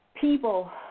people